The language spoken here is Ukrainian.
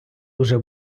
уже